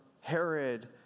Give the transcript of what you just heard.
Herod